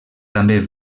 també